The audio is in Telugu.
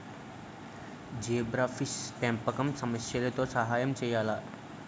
జీబ్రాఫిష్ పెంపకం సమస్యలతో సహాయం చేయాలా?